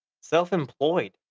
Self-employed